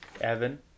Evan